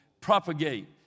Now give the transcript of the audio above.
propagate